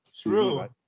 True